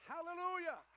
Hallelujah